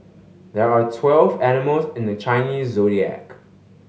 there are twelve animals in the Chinese Zodiac